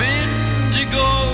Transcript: indigo